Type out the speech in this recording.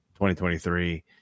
2023